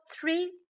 three